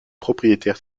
propriétaire